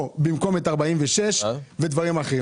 או במקום את 46 ודברים אחרים.